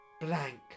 blank